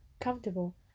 comfortable